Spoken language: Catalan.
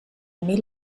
mil